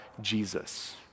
Jesus